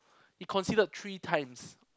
he conceded three times